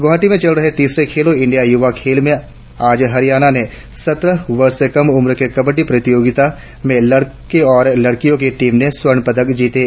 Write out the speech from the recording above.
गुवाहाटी में चल रहे तीसरे खेलो इंडिया युवा खेलों में आज हरियाणा ने सत्रह वर्ष से कम उम्र की कबड्डी प्रतियोगिता में लड़के और लड़कियों की टीम ने स्वर्ण पदक जीते हैं